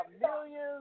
millions